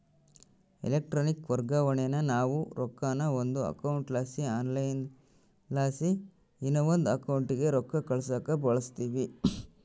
electronic ವರ್ಗಾವಣೇನಾ ನಾವು ರೊಕ್ಕಾನ ಒಂದು ಅಕೌಂಟ್ಲಾಸಿ ಆನ್ಲೈನ್ಲಾಸಿ ಇನವಂದ್ ಅಕೌಂಟಿಗೆ ರೊಕ್ಕ ಕಳ್ಸಾಕ ಬಳುಸ್ತೀವಿ